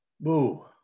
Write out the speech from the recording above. Boo